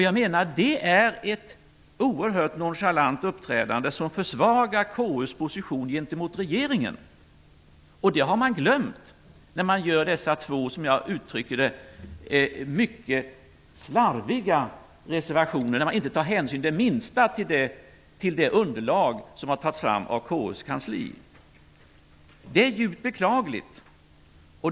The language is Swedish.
Jag menar att det är ett oerhört nonchalant uppträdande som försvagar KU:s position gentemot regeringen. Detta har man glömt när man avger dessa två, som jag uttrycker det, mycket slarviga reservationer där man inte tar det minsta hänsyn till det underlag som har tagits fram av KU:s kansli. Det är djupt beklagligt.